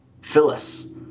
Phyllis